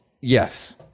Yes